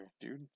dude